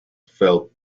felt